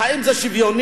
האם זה שוויוני,